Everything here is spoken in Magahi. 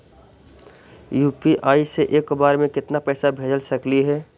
यु.पी.आई से एक बार मे केतना पैसा भेज सकली हे?